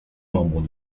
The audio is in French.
membres